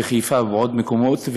בחיפה ובעוד מקומות,